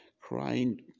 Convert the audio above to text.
crying